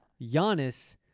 Giannis